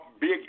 big